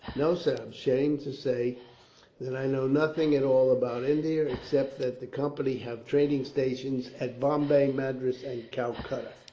no, sir i'm ashamed to say that i know nothing at all about india, except that the company have trading stations at bombay, madras, and calcutta.